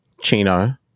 Chino